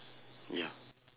ya